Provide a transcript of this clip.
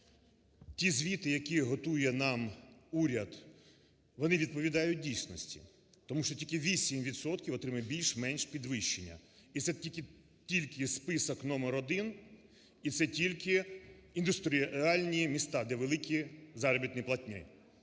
Ті звіти, які готує нам уряд, вони відповідають дійсності, тому що тільки 8 відсотків отримали більш-менш підвищення. І це тільки список № 1, і це тільки індустріальні міста, де великі заробітні платні.